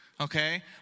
okay